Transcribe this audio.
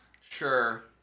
Sure